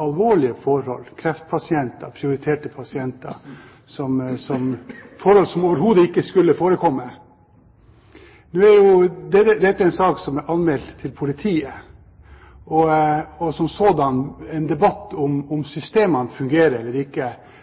alvorlige forhold når det gjelder kreftpasienter, prioriterte pasienter, forhold som overhodet ikke skulle forekomme. Dette er en sak som er anmeldt til politiet, og som sådan burde, eller bør, en debatt om hvorvidt systemene fungerer eller ikke,